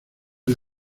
les